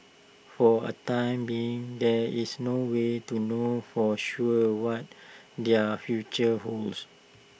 for A time being there is no way to know for sure what their future holds